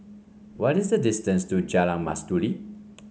what is the distance to Jalan Mastuli